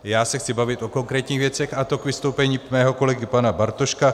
Já se chci bavit o konkrétních věcech, a to k vystoupení mého kolegy pana Bartoška.